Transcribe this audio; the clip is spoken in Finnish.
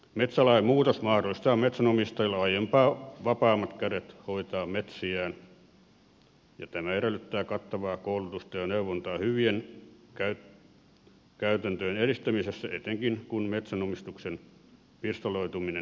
metsälain muutos mahdollistaa metsänomistajille aiempaa vapaammat kädet hoitaa metsiään ja tämä edellyttää kattavaa koulutusta ja neuvontaa hyvien käytäntöjen edistämisessä etenkin kun metsänomistuksen pirstaloituminen jatkuu